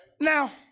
Now